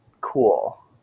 cool